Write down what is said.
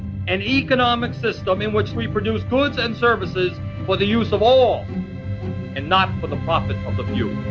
an economic system in which we produce goods and services for the use of all and not for the profit of the few